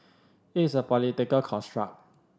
it is a political construct